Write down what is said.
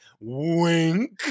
wink